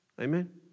Amen